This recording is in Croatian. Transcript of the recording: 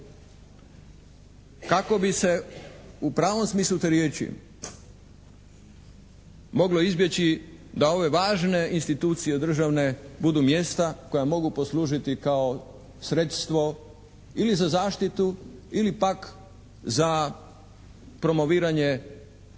kako bi se u pravom smislu te riječi moglo izbjeći da ove važne institucije državne budu mjesta koja mogu poslužiti kao sredstvo ili za zaštitu ili pak za promoviranje